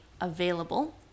available